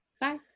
bye